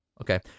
Okay